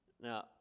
Now